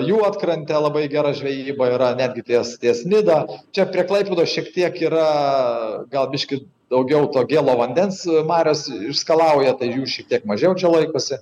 juodkrante labai gera žvejyba yra netgi ties ties nida čia prie klaipėdos šiek tiek yra gal biškį daugiau to gėlo vandens marios išskalauja tai jų šiek tiek mažiau čia laikosi